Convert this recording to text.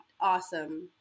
awesome